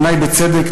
בעיני בצדק,